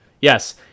Yes